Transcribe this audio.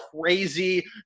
crazy